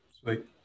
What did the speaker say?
Sweet